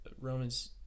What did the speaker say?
Romans